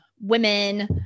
women